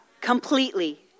completely